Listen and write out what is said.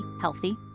Healthy